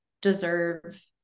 deserve